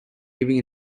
giving